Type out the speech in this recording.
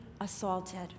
assaulted